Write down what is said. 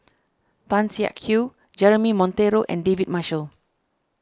Tan Siak Kew Jeremy Monteiro and David Marshall